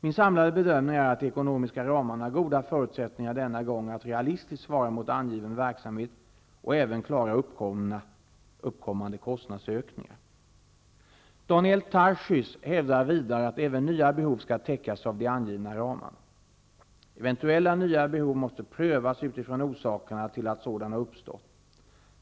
Min samlade bedömning är att de ekonomiska ramarna denna gång har goda förutsättningar att realistiskt svara mot angiven verksamhet och även klara uppkommande kostnadsökningar. Daniel Tarschys hävdar att även nya behov skall täckas av de angivna ramarna. Eventuella nya behov måste prövas utifrån orsakerna till att sådana uppstått.